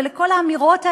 וכל האמירות האלה.